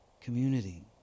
community